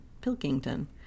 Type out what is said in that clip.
Pilkington